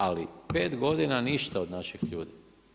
Ali pet godina ništa od naših ljudi.